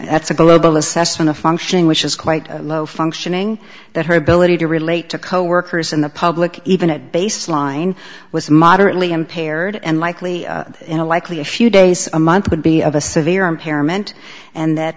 a global assessment a function which is quite low functioning that her ability to relate to coworkers in the public even at baseline was moderately impaired and likely in a likely a few days a month would be of a severe impairment and that